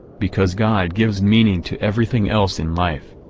because god gives meaning to everything else in life.